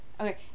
Okay